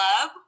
love